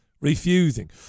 Refusing